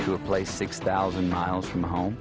to a place six thousand miles from home